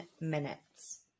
minutes